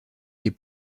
lès